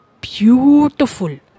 beautiful